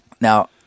now